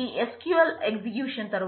ఇవి SQL ఎగ్జిక్యూషన్లు